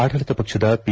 ಆಡಳಿತ ಪಕ್ಷದ ಪಿ